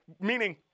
meaning